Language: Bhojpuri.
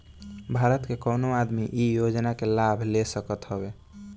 भारत के कवनो आदमी इ योजना के लाभ ले सकत हवे